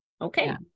Okay